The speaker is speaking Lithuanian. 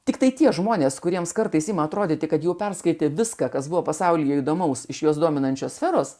tiktai tie žmonės kuriems kartais ima atrodyti kad jau perskaitė viską kas buvo pasaulyje įdomaus iš jos dominančios sferos